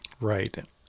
Right